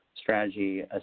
strategy